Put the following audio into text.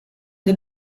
den